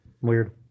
weird